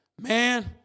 Man